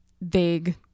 vague